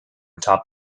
top